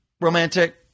romantic